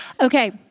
Okay